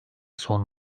son